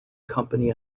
company